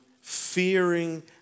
fearing